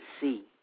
see